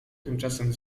tymczasem